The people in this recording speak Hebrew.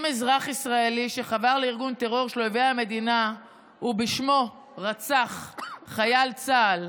אם אזרח ישראלי שחבר לארגון טרור של אויבי המדינה ובשמו רצח חייל צה"ל,